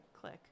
click